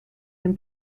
dem